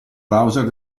browser